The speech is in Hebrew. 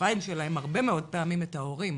הכתפיים שלהם הרבה מאוד פעמים את ההורים.